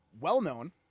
well-known